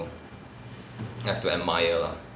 have to admire lah